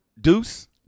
Deuce